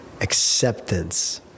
Acceptance